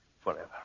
Forever